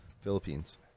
Philippines